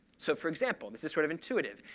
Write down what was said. so for example, this is sort of intuitive.